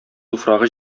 туфрагы